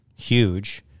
huge